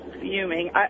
fuming